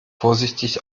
vorsichtig